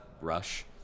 rush